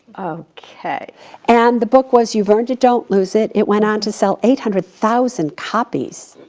okay. and the book was you've earned it, don't lose it. it went on to sell eight hundred thousand copies.